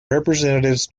representatives